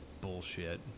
bullshit